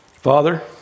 Father